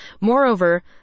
Moreover